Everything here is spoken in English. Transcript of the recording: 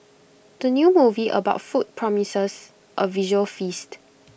the new movie about food promises A visual feast